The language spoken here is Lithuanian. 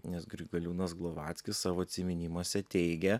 nes grigaliūnas glovackis savo atsiminimuose teigia